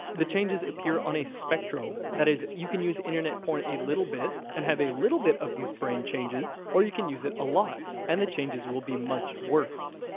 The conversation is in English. the changes appear on a spectrum. that is, you can use internet porn a little bit and have a little bit of these brain changes or you can use it a lot and the changes will be much worse.